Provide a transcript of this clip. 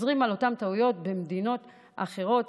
ושחוזרים על אותן טעויות במדינות אחרות.